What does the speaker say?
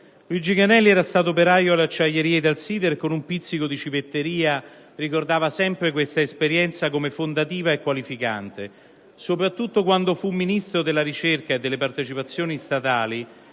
Luigi Granelli era stato operaio alle acciaierie Italsider e, con un pizzico di civetteria, ricordava sempre questa esperienza come fondativa e qualificante. Soprattutto quando fu Ministro della ricerca scientifica e Ministro delle partecipazioni statali